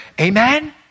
Amen